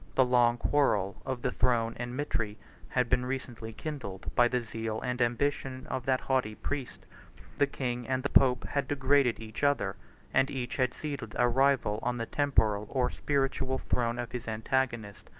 the long quarrel of the throne and mitre had been recently kindled by the zeal and ambition of that haughty priest the king and the pope had degraded each other and each had seated a rival on the temporal or spiritual throne of his antagonist.